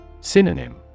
Synonym